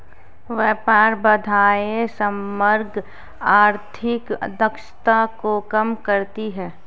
व्यापार बाधाएं समग्र आर्थिक दक्षता को कम करती हैं